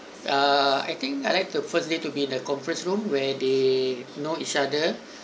uh I think I like the first day to be the conference room where they know each other